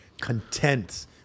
content